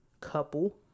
couple